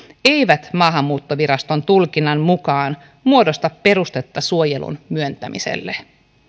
eivät maahanmuuttoviraston tulkinnan mukaan muodosta perustetta suojelun myöntämiselle